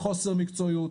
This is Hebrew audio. חוסר מקצועיות,